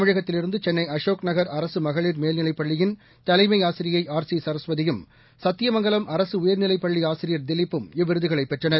தமிழகத்திலிருந்து சென்னை அசோக் நகர் அரசு மகளிர் மேல்நிவைப் பள்ளியின் தலைமை ஆசிரியை ஆர் சி சரஸ்வதியும் சத்தியமங்கலம் அரசு உயர்நிலைப் பள்ளி ஆசிரியர் திலிப்பும் இவ்விருதுகளை பெற்றனர்